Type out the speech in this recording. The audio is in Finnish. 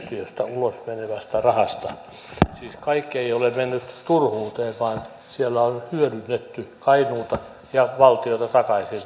yhtiöstä ulos menevästä rahasta siis kaikki ei ole mennyt turhuuteen vaan siellä on hyödynnetty kainuuta ja valtiota takaisin